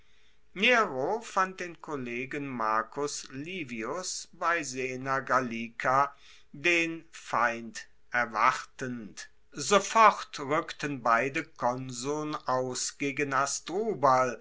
fand den kollegen marcus livius bei sena gallica den feind erwartend sofort rueckten beide konsuln aus gegen